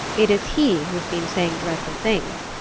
it is he who has been saying dreadful things,